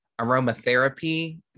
aromatherapy